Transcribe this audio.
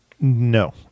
No